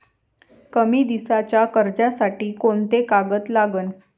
कमी दिसाच्या कर्जासाठी कोंते कागद लागन?